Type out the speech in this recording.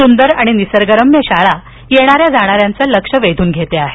सुंदर आणि निसर्गरम्य शाळा येणाऱ्या जाणार्यांवचं लक्ष वेधून घेत आहे